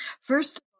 first